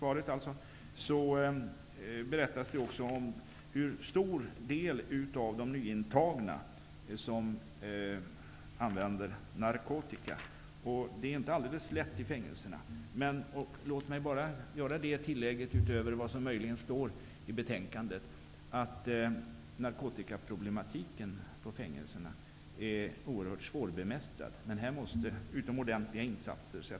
Det berättas också om hur stor del av de nyintagna som använder narkotika. Det är inte alldeles lätt i fängelserna. Men låt mig bara, utöver det som möjligen står i betänkandet, göra tillägget att narkotikaproblematiken på fängelserna är oerhört svårbemästrad. Men det måste sättas in utomordentliga insatser.